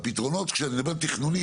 והפתרונות כשאני מדבר תכנונים,